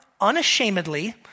unashamedly